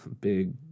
big